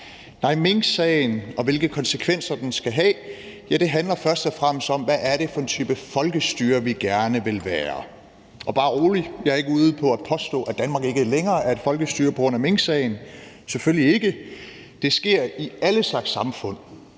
Nej, minksagen, og hvilke konsekvenser den skal have, handler først og fremmest om, hvilken type folkestyre vi gerne vil være – og bare rolig, jeg er ikke ude på at påstå, at Danmark ikke længere er et folkestyre på grund af minksagen, selvfølgelig ikke. Det sker i alle slags samfund,